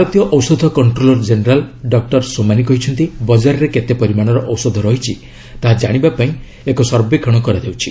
ଭାରତୀୟ ଔଷଧ controller general doctor Somani କହିଛନ୍ତି ବଜାରରେ କେତେ ପରିମାଣର ଔଷଧ ରହିଛି ତାହା ଜାଣିବା ପାଇଁ ଏକ ସର୍ବେକ୍ଷଣ କରାଯାଉଛି